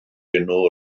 enw